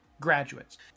graduates